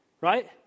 right